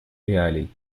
реалий